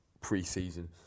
pre-season